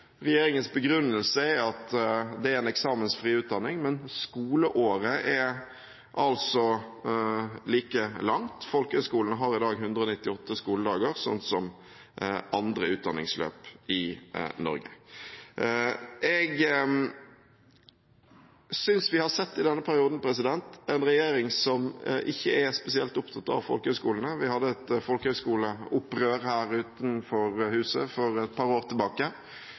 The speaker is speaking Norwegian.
Regjeringens begrunnelse er at det er en eksamensfri utdanning, men skoleåret er like langt. Folkehøyskolene har i dag 198 skoledager, sånn som andre utdanningsløp i Norge. Jeg synes vi i denne perioden har sett en regjering som ikke er spesielt opptatt av folkehøyskolene. Vi hadde et folkehøyskoleopprør her utenfor huset for et par år